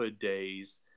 days